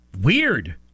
weird